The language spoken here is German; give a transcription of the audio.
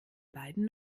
beiden